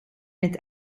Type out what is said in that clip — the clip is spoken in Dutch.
met